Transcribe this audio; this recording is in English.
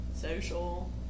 social